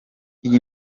iyi